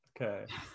Okay